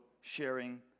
sharing